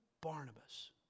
Barnabas